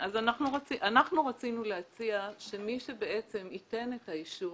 אז אנחנו רצינו להציע שמי שבעצם ייתן את האישור